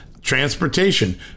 transportation